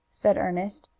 said ernest,